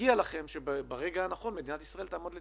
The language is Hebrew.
מגיע לכם שברגע הנכון מדינת ישראל תעמוד לצדכם,